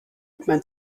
man